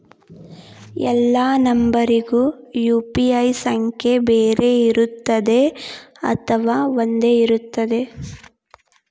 ಎಲ್ಲಾ ನಂಬರಿಗೂ ಯು.ಪಿ.ಐ ಸಂಖ್ಯೆ ಬೇರೆ ಇರುತ್ತದೆ ಅಥವಾ ಒಂದೇ ಇರುತ್ತದೆ?